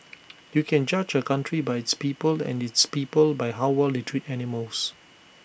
you can judge A country by its people and its people by how well they treat animals